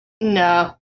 No